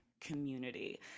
community